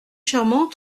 charmant